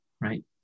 right